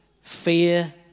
fear